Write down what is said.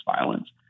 violence